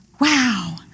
Wow